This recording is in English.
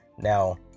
Now